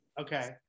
Okay